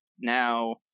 now